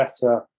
better